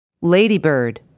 Ladybird